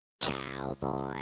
Cowboy